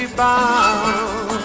bound